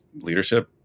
leadership